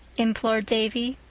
implored davy.